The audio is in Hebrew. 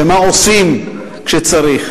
ומה עושים כשצריך.